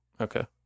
Okay